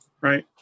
right